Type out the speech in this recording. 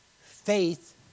faith